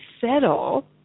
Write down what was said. settle